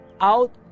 Out